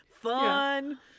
fun